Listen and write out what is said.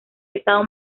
estado